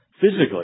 physically